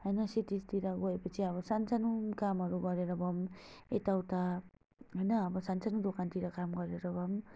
होइन सिटिजतिर गएपछि अब सानसानो कामहरू गरेर भए पनि यता उता होइन अब सानसानो दोकानतिर काम गरेर भए पनि